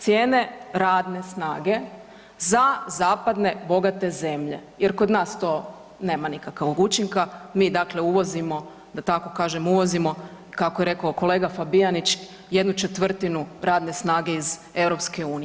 Cijene radne snage, za zapadne bogate zemlje, jer kod nas to nema nikakvog učinka, mi dakle uvozimo, da tako kažem, uvozimo, kako je rekao kolega Fabijanić, 1/4 radne snage iz EU.